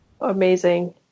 Amazing